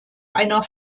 einer